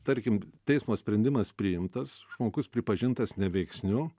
tarkim teismo sprendimas priimtas žmogus pripažintas neveiksniu